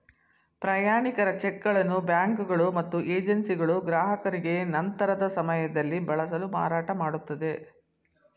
ಪ್ರಯಾಣಿಕರ ಚಿಕ್ಗಳನ್ನು ಬ್ಯಾಂಕುಗಳು ಮತ್ತು ಏಜೆನ್ಸಿಗಳು ಗ್ರಾಹಕರಿಗೆ ನಂತರದ ಸಮಯದಲ್ಲಿ ಬಳಸಲು ಮಾರಾಟಮಾಡುತ್ತದೆ